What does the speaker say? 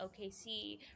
OKC –